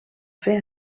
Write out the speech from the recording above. fer